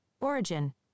origin